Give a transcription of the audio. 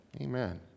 amen